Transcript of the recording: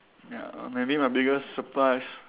ya err maybe my biggest surprise